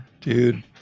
Dude